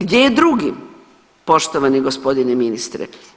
Gdje je drugi poštovani gospodine ministre?